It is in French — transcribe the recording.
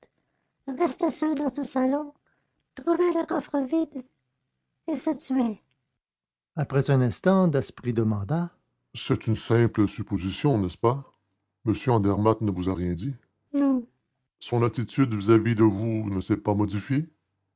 restait seul dans ce salon trouvait le coffre vide et se tuait après un instant daspry demanda c'est une simple supposition n'est-ce pas m andermatt ne vous a rien dit non son attitude vis-à-vis de vous ne s'est pas modifiée